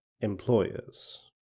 employers